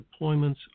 deployments